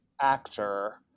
actor